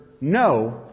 no